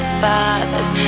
father's